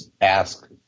ask